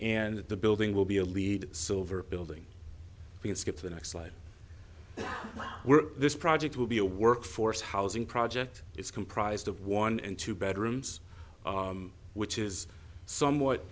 and the building will be a lead so over a building being skipped the next like we're this project will be a workforce housing project is comprised of one and two bedrooms which is somewhat